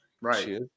right